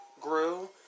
grew